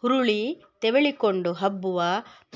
ಹುರುಳಿ ತೆವಳಿಕೊಂಡು ಹಬ್ಬುವ